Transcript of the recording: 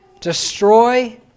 Destroy